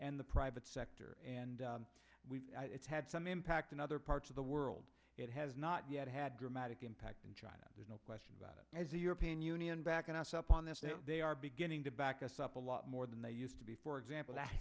and the private sector and it's had some impact in other parts of the world it has not yet had dramatic impact in china there's no question about it as a european union backing us up on this that they are beginning to back us up a lot more than they used to be for example